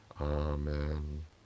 Amen